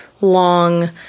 long